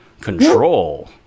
control